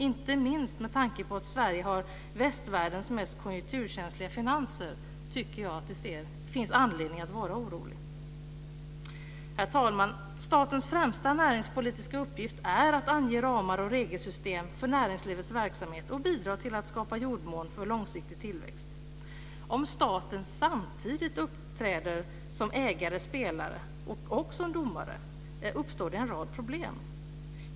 Inte minst med tanke på att Sverige har västvärldens mest konjunkturkänsliga finanser tycker jag att man har anledning att vara orolig. Herr talman! Statens främsta näringspolitiska uppgift är att ange ramar och regelsystem för näringslivets verksamhet och bidra till att skapa jordmån för långsiktig tillväxt. Om staten samtidigt uppträder som ägare eller spelare och som domare, uppstår en rad problem.